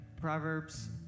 Proverbs